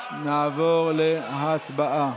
נעבור להצבעה.